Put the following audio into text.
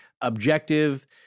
objective